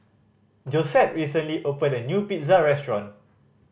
Josette recently opened a new Pizza Restaurant